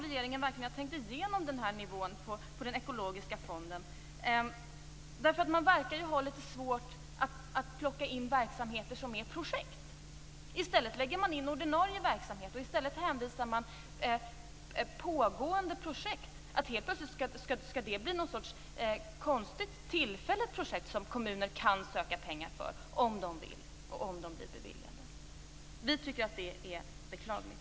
Har regeringen verkligen tänkt igenom nivån vad gäller den ekologiska fonden? Man verkar ha litet svårt att plocka in verksamheter i form av projekt. I stället lägger man in ordinarie verksamhet och hänvisar till ett pågående projekt. Helt plötsligt skall det bli en sorts konstigt, tillfälligt, projekt som kommuner kan söka pengar för, om de vill och om de blir beviljade. Vi tycker att detta är beklagligt.